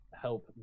help